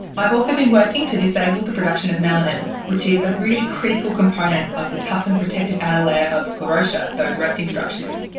i've also been working to disable the production of melanin, which is a really critical component of the tough and protective outer layer of sclerotia, those resting structures.